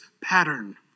pattern